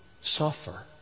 suffer